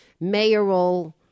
mayoral